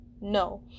No